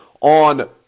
on